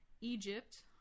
Egypt